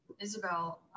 Isabel